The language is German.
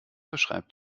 beschreibt